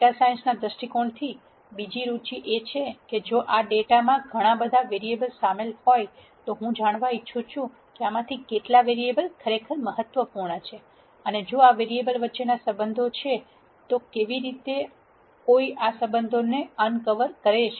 data સાયન્સના દ્રષ્ટિકોણથી બીજી રુચિ એ છે કે જો આ ડેટામાં ઘણા બધા વેરીએબલ શામેલ હોય તો હું જાણવા ઈછ્છુ કે આમાંથી કેટલા વેરીએબલ ખરેખર મહત્વપૂર્ણ છે અને જો આ વેરીએબલ વચ્ચેના સંબંધો છે તો કેવી રીતે કોઈ આ સંબંધોને અન કવર કરે છે